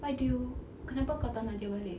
why do you kenapa kau tak nak dia balik